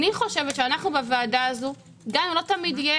אנחנו בוועדה הזאת, גם אם לא תמיד תהיה